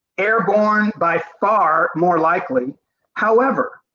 airborne by far more likely however,